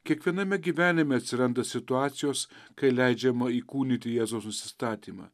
kiekviename gyvenime atsiranda situacijos kai leidžiama įkūnyti jėzaus nusistatymą